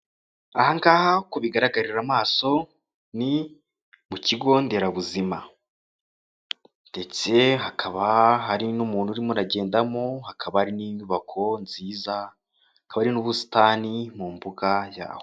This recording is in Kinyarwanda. Ahangaha uko bigaragarira amaso ni mu kigo nderabuzima. Ndetse hakaba hari n'umuntu urimo uragendamo hakaba hari n'inyubako nziza hakaba ari n'ubusitani mu mbuga yaho.